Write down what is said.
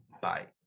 Bye